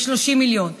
ל-30 מיליון.